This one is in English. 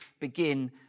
begin